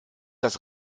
das